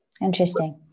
interesting